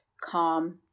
calm